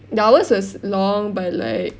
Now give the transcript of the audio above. the hours was long but like